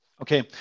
Okay